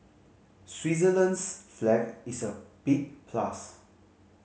Switzerland's flag is a big plus